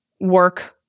work